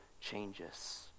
changes